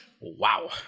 Wow